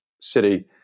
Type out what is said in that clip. city